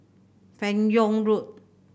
Fan Yoong Road